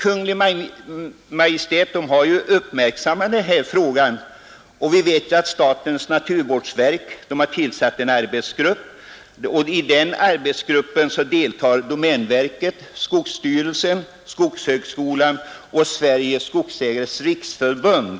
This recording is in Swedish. Kungl. Maj.t har uppmärksammat denna fråga, och vidare har som bekant statens naturvårdsverk tillsatt en arbetsgrupp, i vilken deltar representanter för domänverket, skogsstyrelsen, skogshögskolan och Sveriges skogsägareföreningars riksförbund.